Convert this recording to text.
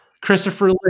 Christopher